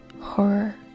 horror